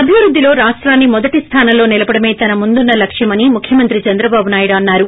అభివృద్ధిలో రాష్టాన్ని మొదటి స్లానంలో నిలపడమే తన ముందున్న లక్ష్యమని ముఖ్యమంత్రి చంద్రబాబు నాయుడు అన్నారు